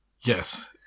Yes